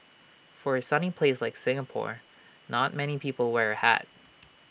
for A sunny place like Singapore not many people wear A hat